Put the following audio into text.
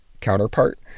counterpart